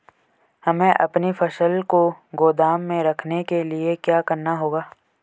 हमें अपनी फसल को गोदाम में रखने के लिये क्या करना होगा?